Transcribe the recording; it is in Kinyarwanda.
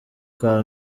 kwa